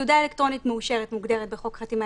"תעודה אלקטרונית מאושרת" מוגדרת בחוק חתימה